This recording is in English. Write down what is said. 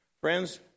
Friends